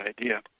idea